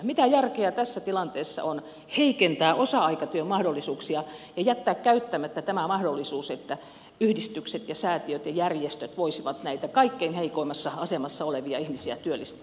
mitä järkeä tässä tilanteessa on heikentää osa aikatyön mahdollisuuksia ja jättää käyttämättä tämä mahdollisuus että yhdistykset säätiöt ja järjestöt voisivat näitä kaikkein heikoimmassa asemassa olevia ihmisiä työllistää